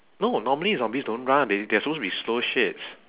no normally zombies don't run they they are supposed to be slow shits